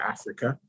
Africa